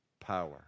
power